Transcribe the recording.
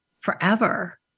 forever